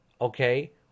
okay